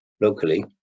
locally